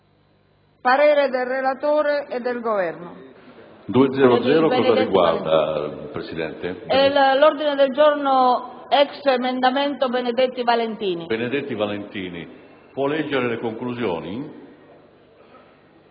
parte del relatore e del Governo.